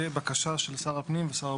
בבקשה של שר הפנים ושר הבריאות.